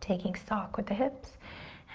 taking stock with the hips